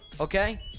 okay